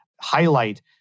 highlight